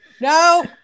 no